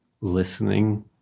listening